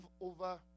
over